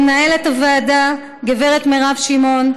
למנהלת הוועדה גב' מירב שמעון,